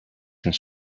some